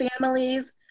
families